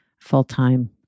full-time